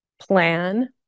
plan